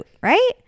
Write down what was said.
right